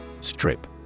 Strip